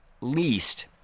least